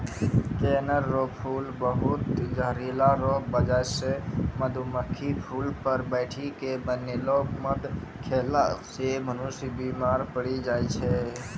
कनेर रो फूल बहुत जहरीला रो बजह से मधुमक्खी फूल पर बैठी के बनैलो मध खेला से मनुष्य बिमार पड़ी जाय छै